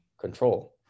control